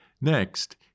Next